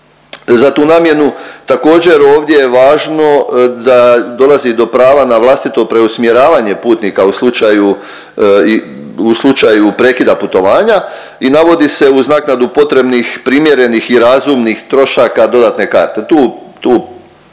za tu namjenu. Također, ovdje je važno da dolazi do prava na vlastito preusmjeravanje putnika u slučaju, u slučaju prekida putovanja i navodi se uz naknadu potrebnih primjerenih i razumnih trošaka dodatne karte. Tu, tu